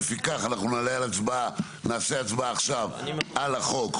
לפיכך אנחנו נעשה הצבעה עכשיו על החוק.